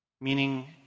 meaning